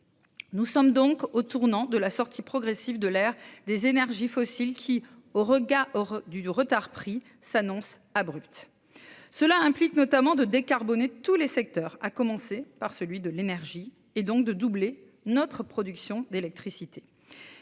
Nous sommes donc au tournant de la sortie progressive de l'ère des énergies fossiles, sortie qui, au regard du retard pris, s'annonce abrupte. Elle implique notamment de décarboner tous les secteurs, à commencer par celui de l'énergie, et ainsi de doubler notre production d'électricité.